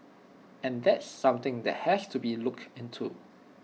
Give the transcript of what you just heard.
and that's something that has to be looked into